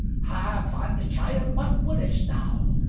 ha! fond child, what wouldest thou?